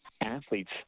athletes